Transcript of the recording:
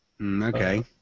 Okay